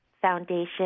Foundation